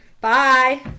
bye